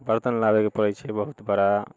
बर्तन लाबैके पड़ैत छै बहुत बड़ा